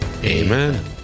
Amen